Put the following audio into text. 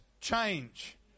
change